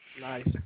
nice